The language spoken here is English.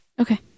Okay